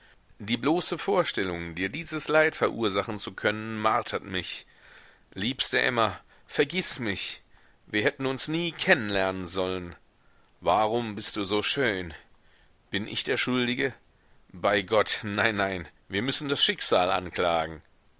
die bloße vorstellung dir dieses leid verursachen zu können martert mich liebste emma vergiß mich wir hätten uns nie kennen lernen sollen warum bist du so schön bin ich der schuldige bei gott nein nein wir müssen das schicksal anklagen